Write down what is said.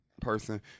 person